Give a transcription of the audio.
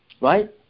right